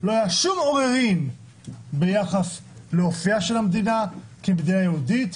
לא היה שום עוררין ביחס לאופייה של המדינה כמדינה יהודית.